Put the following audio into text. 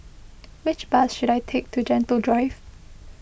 which bus should I take to Gentle Drive